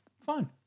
fine